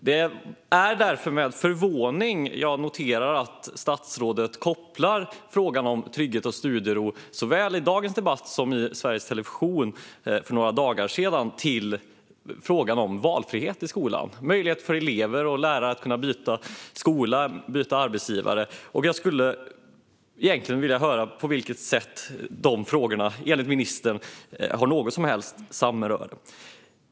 Det är därför med förvåning jag noterar att statsrådet såväl i dagens debatt som i Sveriges Television för några dagar sedan kopplar frågan om trygghet och studiero till frågan om valfrihet i skolan, det vill säga möjligheten för elever och lärare att byta skola och arbetsgivare. Jag skulle vilja höra på vilket sätt dessa frågor enligt ministern har något som helst samröre.